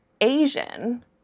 Asian